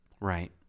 Right